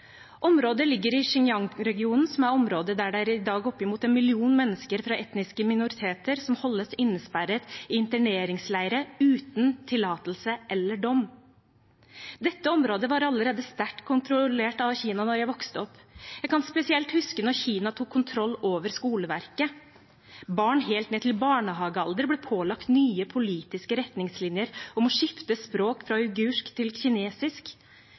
området. Området ligger i Xinjiang-regionen, som er området der det i dag er opp mot en million mennesker fra etniske minoriteter som holdes innesperret i interneringsleire uten tiltale eller dom. Dette området var allerede sterkt kontrollert av Kina da jeg vokste opp. Jeg kan spesielt huske da Kina tok kontroll over skoleverket. Barn helt ned til barnehagealder ble pålagt nye politiske retningslinjer om å skifte språk fra uigursk til kinesisk.